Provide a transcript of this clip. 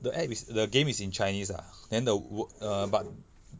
the app is the game is in chinese ah then the w~ err but